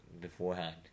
beforehand